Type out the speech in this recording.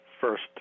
first